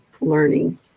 learning